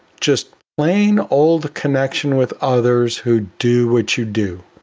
just plain old the connection with others who do what you do.